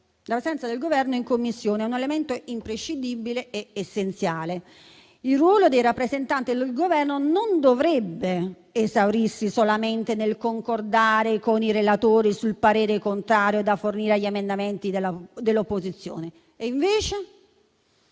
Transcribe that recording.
presenza del Governo in Commissione è un elemento imprescindibile ed essenziale. Il ruolo dei rappresentanti del Governo non dovrebbe esaurirsi solamente nel concordare con i relatori sul parere contrario da fornire agli emendamenti dell'opposizione. Posso